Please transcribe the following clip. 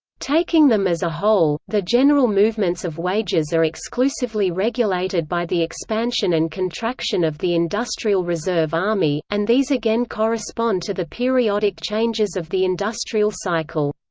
taking them as a whole, the general movements of wages are exclusively regulated by the expansion and contraction of the industrial reserve army, and these again correspond to the periodic changes of the industrial cycle.